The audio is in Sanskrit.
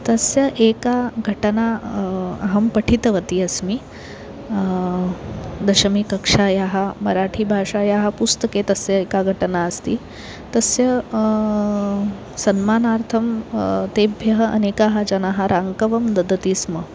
तस्य एका घटना अहं पठितवती अस्मि दशमकक्षायाः मराठीभाषायाः पुस्तके तस्य एका घटना अस्ति तस्य सम्मानार्थं तेभ्यः अनेकाः जनाः राङ्कवं ददति स्म